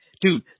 dude –